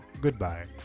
Goodbye